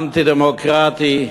אנטי-דמוקרטיים.